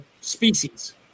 species